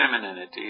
femininity